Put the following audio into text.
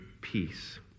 peace